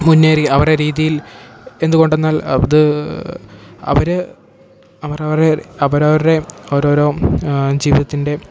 മുന്നേറി അവരെ രീതിയിൽ എന്തു കൊണ്ടെന്നാൽ അത് അവർ അവരവരെ അവരവരുടെ ഓരോരോ ജീവിതത്തിൻ്റെ